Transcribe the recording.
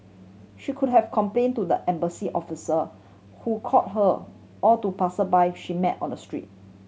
she could have complain to the embassy officer who call her or to passersby she met on the street